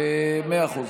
מאה אחוז.